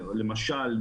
למשל,